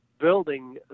building